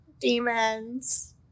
Demons